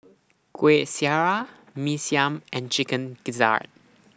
Kueh Syara Mee Siam and Chicken Gizzard